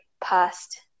past